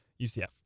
UCF